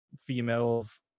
females